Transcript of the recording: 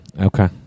Okay